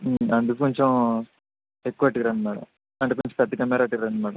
అందుకు కొంచెం ఎక్కువ అట్టుకురండి మేడం అంటే కొంచెం పెద్ద కెమెరా అట్టుకురండి మేడం